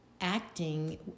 acting